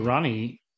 Ronnie